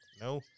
No